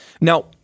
Now